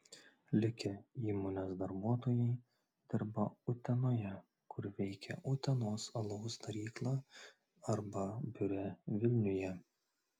likę įmonės darbuotojai dirba utenoje kur veikia utenos alaus darykla arba biure vilniuje